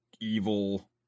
evil